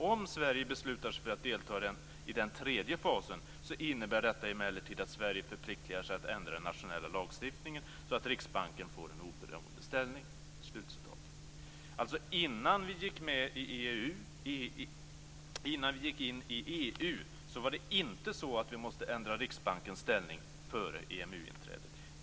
Om Sverige beslutar sig för att delta i tredje fasen innebär detta emellertid att Sverige förpliktar sig att ändra den nationella lagstiftningen så att Riksbanken får en oberoende ställning." Alltså: Innan vi gick in i EU var det inte så att vi måste ändra Riksbankens ställning före ett EMU inträde.